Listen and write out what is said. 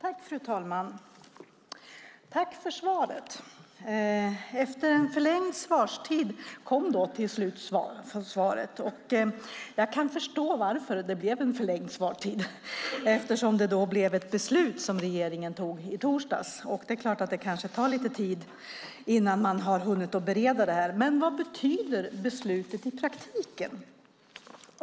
Fru talman! Tack för svaret. Efter en förlängd svarstid kom svaret till slut. Jag kan förstå varför det blev en förlängd svarstid. Regeringen tog ett beslut i torsdags, och det är klart att det kan ta tid innan man har hunnit bereda detta. Vad betyder beslutet i praktiken?